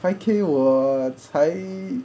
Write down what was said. five K 我才